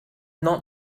not